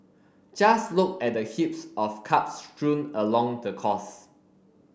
just look at the heaps of cups strewn along the course